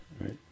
right